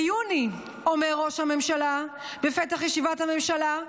ביוני אומר ראש הממשלה בפתח ישיבת הממשלה: